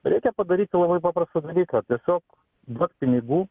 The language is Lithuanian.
reikia padaryti labai paprastą dalyką tiesiog duot pinigų